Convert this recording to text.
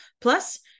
Plus